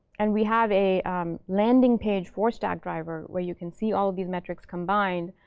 and we have a landing page for stackdriver where you can see all of these metrics combined.